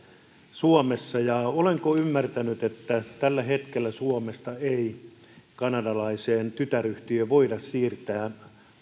suomessa olen ymmärtänyt että tällä hetkellä suomesta ei kanadalaiseen tytäryhtiöön voida siirtää